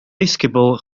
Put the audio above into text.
ddisgybl